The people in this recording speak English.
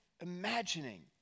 imagining